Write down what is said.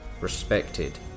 respected